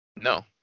No